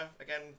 again